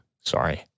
Sorry